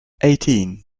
eighteen